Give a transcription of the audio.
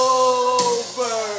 over